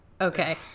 okay